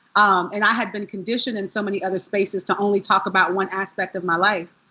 and i had been conditioned in so many other spaces to only talk about one aspect of my life.